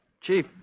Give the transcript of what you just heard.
Chief